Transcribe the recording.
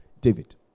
David